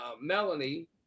Melanie